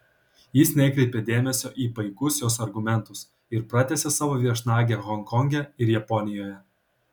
jis nekreipė dėmesio į paikus jos argumentus ir pratęsė savo viešnagę honkonge ir japonijoje